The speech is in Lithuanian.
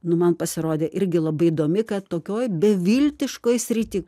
nu man pasirodė irgi labai įdomi kad tokioj beviltiškoj srity